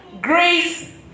Grace